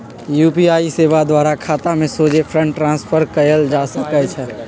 UPI सेवा द्वारा खतामें सोझे फंड ट्रांसफर कएल जा सकइ छै